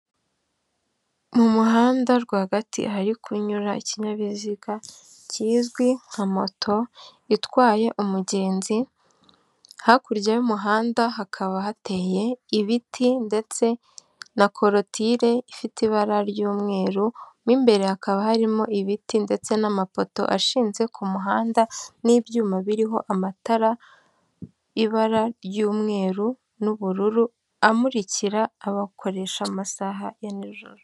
Mu muhanda rwagati hari kunyura ikinyabiziga kizwi nka moto itwaye umugenzi, hakurya y'umuhanda hakaba hateye ibiti ndetse na korotire ifite ibara ry'umweru, mo imbere hakaba harimo ibiti ndetse n'amapoto ashinze ku muhanda n'ibyuma biriho amatara, ibara ry'umweru n'ubururu amurikira abakoresha amasaha ya nijoro.